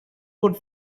could